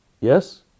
Yes